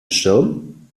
schirm